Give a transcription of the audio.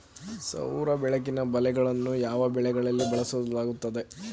ಸೌರ ಬೆಳಕಿನ ಬಲೆಗಳನ್ನು ಯಾವ ಬೆಳೆಗಳಲ್ಲಿ ಬಳಸಲಾಗುತ್ತದೆ?